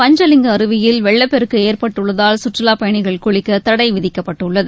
பஞ்சலிங்க அருவியில் வெள்ளப்பெருக்கு ஏற்பட்டுள்ளதால் சுற்றுலாப் பயணிகள் குளிக்க தடை விதிக்கப்பட்டுள்ளது